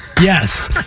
Yes